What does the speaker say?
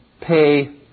pay